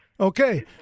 Okay